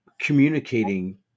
Communicating